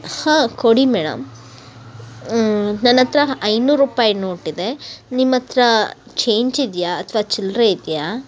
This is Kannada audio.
ಹಾಂ ಕೊಡಿ ಮೇಡಮ್ ನನ್ನ ಹತ್ರ ಐನೂರು ರೂಪಾಯಿ ನೋಟಿದೆ ನಿಮ್ಮ ಹತ್ರ ಚೇಂಜ್ ಇದೆಯಾ ಅಥವಾ ಚಿಲ್ಲರೆ ಇದೆಯಾ